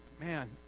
man